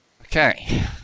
Okay